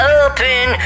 open